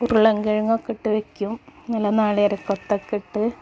ഉരുളക്കിഴങ്ങ് ഒക്കെ ഇട്ട് വയ്ക്കും നല്ല നാളികേര കൊത്തൊക്കെ ഇട്ട്